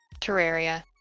terraria